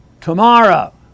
Tomorrow